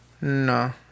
No